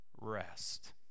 Rest